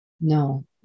No